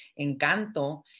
Encanto